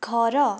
ଘର